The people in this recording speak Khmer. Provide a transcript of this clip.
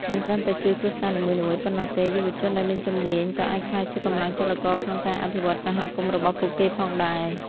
មិនត្រឹមតែជួយគ្រួសារនីមួយៗប៉ុណ្ណោះទេ យុវជនដែលមានជំនាញក៏អាចក្លាយជាកម្លាំងចលករក្នុងការអភិវឌ្ឍន៍សហគមន៍របស់ពួកគេផងដែរ។